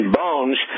bones